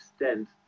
extent